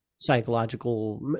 psychological